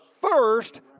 First